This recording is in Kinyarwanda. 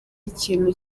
ikintu